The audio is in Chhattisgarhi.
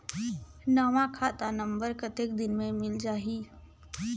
नवा खाता नंबर कतेक दिन मे मिल जाही?